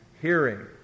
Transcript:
hearing